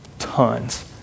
tons